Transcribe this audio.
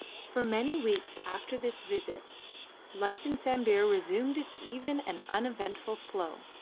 for many weeks after this visit life in sambir resumed its even and uneventful flow.